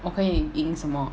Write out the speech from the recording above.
我可以赢什么